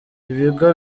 ibigo